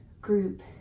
group